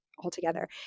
altogether